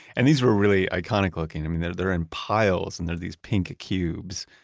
and these were really iconic looking. i mean they're they're in piles and they're these pink cubes,